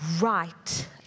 right